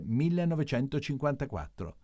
1954